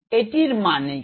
এটির মানে কি